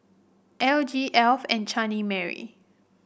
L G Alf and Chutney Mary